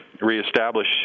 reestablish